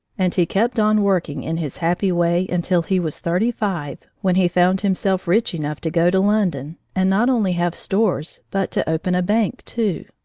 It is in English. and he kept on working in his happy way until he was thirty-five, when he found himself rich enough to go to london and not only have stores but to open a bank, too.